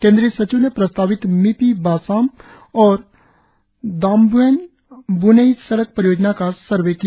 केंद्रीय सचिव ने प्रस्तावित मिपि बासाम और डामब्एन से ब्नेई सड़क परियोजना का सर्वे किया